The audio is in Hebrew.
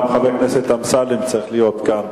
גם חבר הכנסת אמסלם צריך להיות כאן.